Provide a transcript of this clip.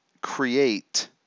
create